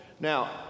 Now